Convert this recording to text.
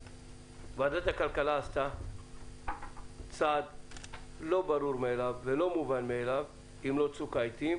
ועדת הכלכלה עשתה צעד לא ברור מאליו ולא מובן באליו כמלוא צוק העיתים